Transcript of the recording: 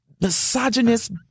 misogynist